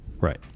right